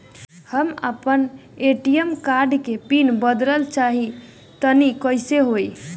हम आपन ATM card के पीन बदलल चाहऽ तनि कइसे होई?